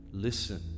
Listen